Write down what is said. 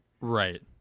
right